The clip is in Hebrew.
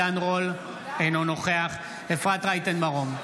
אינו נוכח אפרת רייטן מרום,